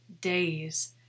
days